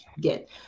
get